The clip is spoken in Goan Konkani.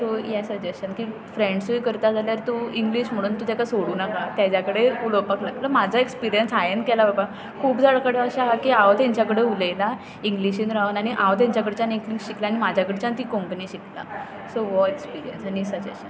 सो हें सजॅशन की फ्रॅड्सूय करता जाल्यार तूं इंग्लीश म्हणून तूं तेका सोडूं नाका ताज्या कडेन उलोवपाक लाग म्हाजो एक्सपिरियन्स हांवें केलां बाबा खूब जाणा कडेन अशें हा की हांव तांच्या कडेन उलयलां इंग्लिशीन रावन आनी हांव तांच्या कडच्यान इंग्लीश शिकलां आनी म्हाज्या कडच्यान तीं कोंकणी शिकलां सो व्हो एक्सपिरियन्स आनी सजॅशन